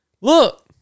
Look